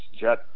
jet